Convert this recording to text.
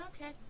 Okay